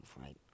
right